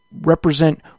represent